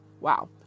wow